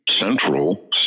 central